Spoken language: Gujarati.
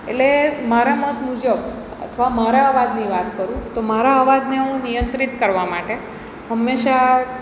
એટલે મારા મત મુજબ અથવા મારા અવાજની વાત કરું તો મારા અવાજને હું નિયંત્રિત કરવા માટે હંમેશા